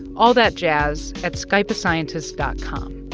all that jazz at skypeascientist dot com.